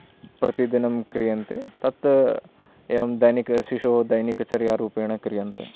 प्रतिदिनं क्रियन्ते तत् एवं दैनिक शिशोः दैनिकचर्यारूपेण क्रियन्ते